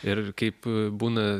ir kaip būna